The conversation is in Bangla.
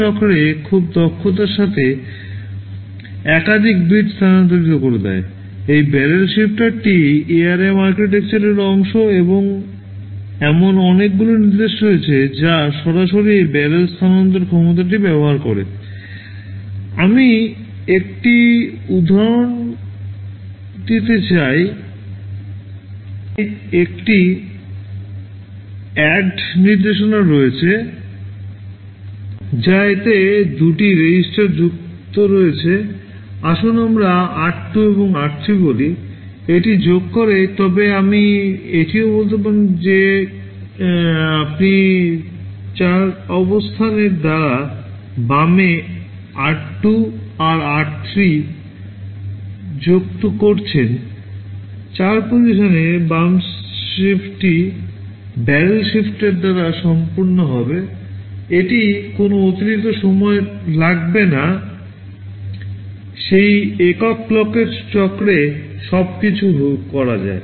সুতরাং এই 4 টি নিবন্ধে লিখতে আপনার 4 টি ক্লক পাল্স দ্বারা সম্পন্ন হবে এটিতে কোনও অতিরিক্ত সময় লাগবে না সেই একক ক্লকের চক্রে সবকিছু করা যায়